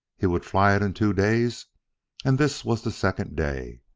he would fly it in two days and this was the second day!